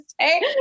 say